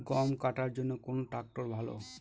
গম কাটার জন্যে কোন ট্র্যাক্টর ভালো?